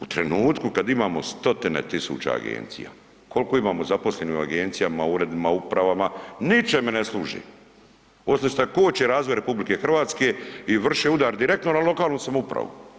U trenutku kada imamo stotine tisuća agencija, koliko imamo zaposlenih u agencijama, u uredima, u upravama, ničeme ne služi osim šta koči razvoj RH i vrše udar direktno na lokalnu samoupravu.